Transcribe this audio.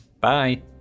Bye